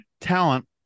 talent